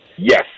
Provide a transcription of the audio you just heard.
Yes